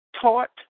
taught